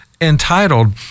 entitled